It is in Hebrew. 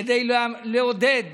כדי לעודד,